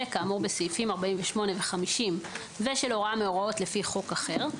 כאמור בסעיפים 48 ו-50 ושל הוראה מההוראות לפי חוק אחר,